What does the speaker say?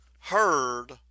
heard